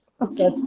Okay